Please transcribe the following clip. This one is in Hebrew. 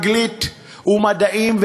אנגלית ומדעים,